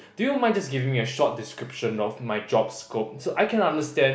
do you mind just giving me a short description of my job scope so I can understand